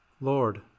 Lord